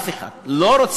אף אחד, לא רוצים.